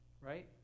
right